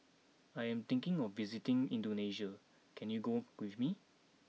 I am thinking of visiting Indonesia can you go with me